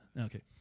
Okay